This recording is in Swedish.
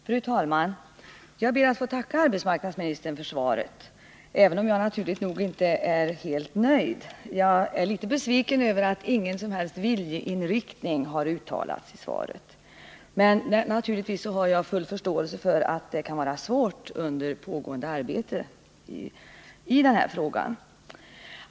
Fru talman! Jag ber att få tacka arbetsmarknadsministern för svaret, även om jag naturligt nog inte är helt nöjd. Jag är litet besviken över att ingen som helst viljeinriktning har uttalats i svaret, men jag har naturligtvis full förståelse för att det kan vara svårt att uttala en sådan under pågående arbete i denna fråga.